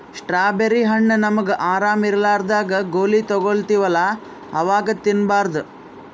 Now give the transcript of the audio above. strawberry ಹಣ್ಣ್ ನಮ್ಗ್ ಆರಾಮ್ ಇರ್ಲಾರ್ದಾಗ್ ಗೋಲಿ ತಗೋತಿವಲ್ಲಾ ಅವಾಗ್ ತಿನ್ಬಾರ್ದು